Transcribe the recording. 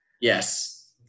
Yes